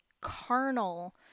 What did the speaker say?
carnal